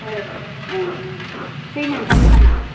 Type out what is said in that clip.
औ ओं फैनो ओंखारदों नामा